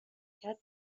کرد